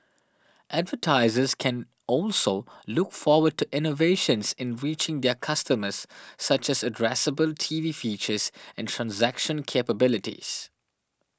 advertisers can also look forward to innovations in reaching their customers such as addressable T V features and transaction capabilities